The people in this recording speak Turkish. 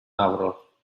avro